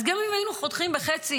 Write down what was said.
אז גם אם היינו חותכים בחצי,